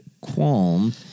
qualm